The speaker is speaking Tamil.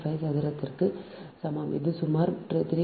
5 சதுரத்திற்கு சமம் இது சுமார் 3